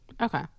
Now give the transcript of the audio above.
okay